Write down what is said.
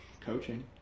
Coaching